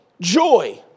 joy